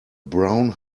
brown